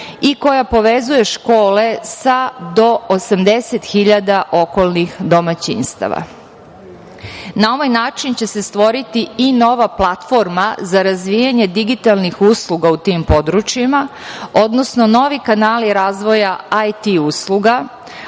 i koja povezuje škole sa, do 80 hiljada okolnih domaćinstava. Na ovaj način će se stvoriti i nova platforma za razvijanje digitalnih usluga u tim područjima, odnosno novi kanali razvoja IT usluga,